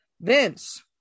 Vince